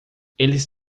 eles